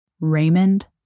Raymond